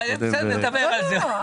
עוד נדבר על זה.